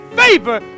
favor